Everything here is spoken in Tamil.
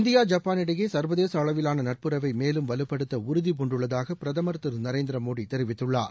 இந்தியா ஜப்பானிடையே சா்வதேச அளவிலான நட்புறவை மேலும் வலுப்படுத்த உறுதிபூண்டுள்ளதாக பிரதமர் திரு நரேந்திரமோடி தெரிவித்துள்ளார்